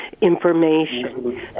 information